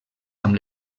amb